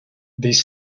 this